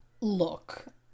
look